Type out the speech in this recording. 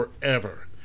forever